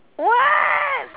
what